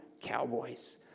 cowboys